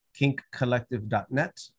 kinkcollective.net